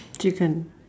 chicken